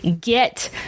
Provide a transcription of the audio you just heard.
get